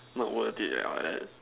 not worth it at all like that